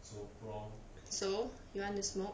so so you want to smoke